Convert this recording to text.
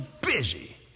busy